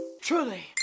Truly